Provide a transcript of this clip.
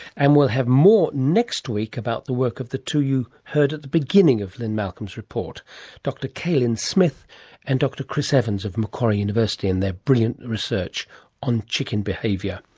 and we'll have more next week about the work of the two you heard at the beginning of lynne malcolm's report dr k-lynn smith and dr chris evans of macquarie university and their brilliant research on chicken behaviour.